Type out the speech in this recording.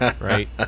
right